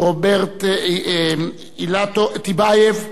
רוברט טיבייב,